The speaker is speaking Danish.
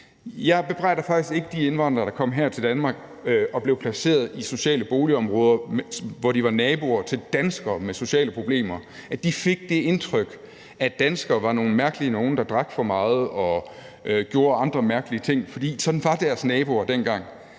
Jeg bebrejder faktisk ikke de indvandrere, der kom her til Danmark og blev placeret i sociale boligområder, hvor de var naboer til danskere med sociale problemer, at de fik det indtryk, at danskerne var nogle mærkelige nogen, der drak for meget og gjorde andre mærkelige ting, for sådan var deres naboer dengang.